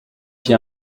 qui